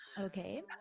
Okay